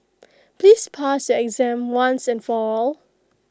please pass exam once and for all